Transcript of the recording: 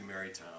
Marytown